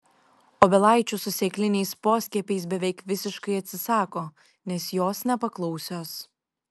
obelaičių su sėkliniais poskiepiais beveik visiškai atsisako nes jos nepaklausios